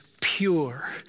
pure